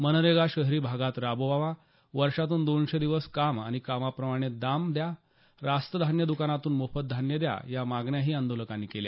मनरेगा शहरी भागात राबवा वर्षातून दोनशे दिवस काम आणि कामाप्रमाणे दाम द्या रास्तधान्य द्कानातून मोफत धान्य द्या या मागण्याही आंदोलकांनी केल्या